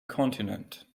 continent